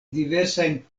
diversajn